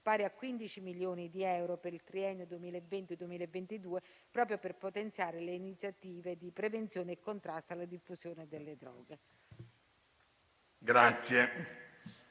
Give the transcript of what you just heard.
pari a 15 milioni di euro, per il triennio 2020-2022, proprio per potenziare le iniziative di prevenzione e contrasto alla diffusione delle droghe.